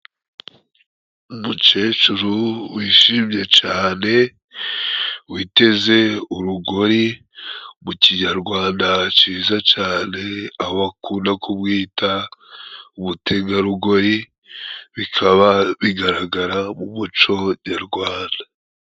Umucecuru wishimye cane witeze urugori, mu kinyarwanda ciza cane, aho bakunda kumwita umutegarugori, bikaba bigaragara mu muco nyarwanda